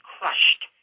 crushed